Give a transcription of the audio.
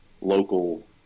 local